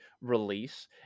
release